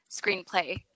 screenplay